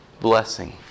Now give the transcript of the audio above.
blessing